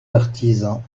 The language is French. artisans